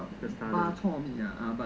first star